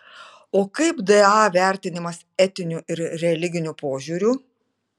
o kaip da vertinimas etiniu ir religiniu požiūriu